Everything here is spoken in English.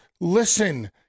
listen